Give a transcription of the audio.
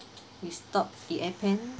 we stop the appen